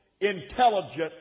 intelligent